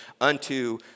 unto